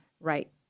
Right